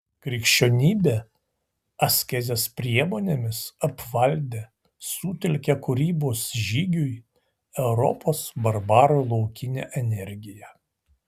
krikščionybė askezės priemonėmis apvaldė sutelkė kūrybos žygiui europos barbarų laukinę energiją